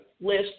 list